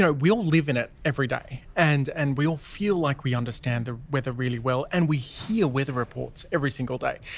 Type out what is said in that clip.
ah we all live in it every day and and we all feel like we understand the weather really well and we hear weather reports every single day.